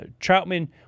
Troutman